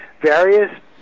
various